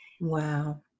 Wow